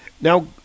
now